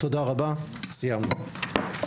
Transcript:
תודה רבה, סיימנו.